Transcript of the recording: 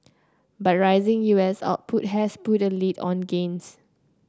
but rising U S output has put a lid on gains